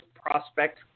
prospect